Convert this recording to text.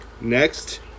Next